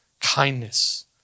kindness